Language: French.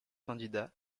candidats